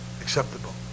acceptable